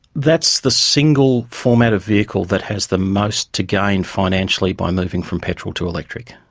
that's the single format of vehicle that has the most to gain financially by moving from petrol to electric.